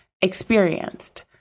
experienced